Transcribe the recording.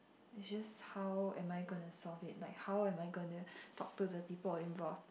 is just how am I gonna solve it like how am I gonna talk to the people involve